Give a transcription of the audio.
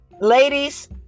Ladies